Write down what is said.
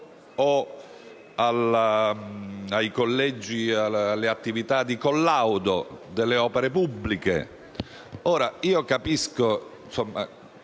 arbitrali o alle attività di collaudo delle opere pubbliche.